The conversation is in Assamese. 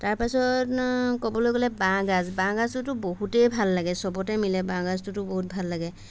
তাৰপাছত ক'বলৈ গলে বাঁহ গাজ বাঁহ গাজটোতো বহুতেই ভাল লাগে সবতেই মিলে বাঁহ গাজটোতো বহুত ভাল লাগে